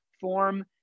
form